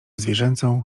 zwierzęcą